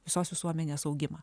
visos visuomenės augimą